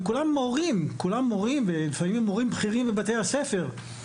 וכולם מורים ולפעמים הם מורים בכירים בבתי הספר.